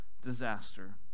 disaster